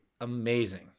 Amazing